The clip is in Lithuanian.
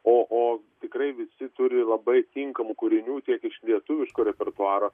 o o tikrai visi turi labai tinkamų kūrinių tiek iš lietuviško repertuaro